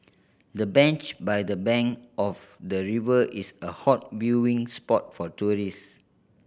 the bench by the bank of the river is a hot viewing spot for tourists